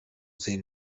sehen